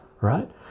right